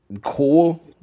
cool